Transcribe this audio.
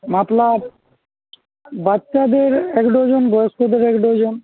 muffler বাচ্চাদের এক dozen বয়স্কদের এক ডজন